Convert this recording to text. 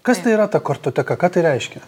kas tai yra ta kartoteka ką tai reiškia